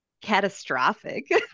catastrophic